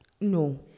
No